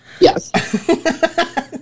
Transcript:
Yes